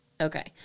Okay